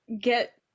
get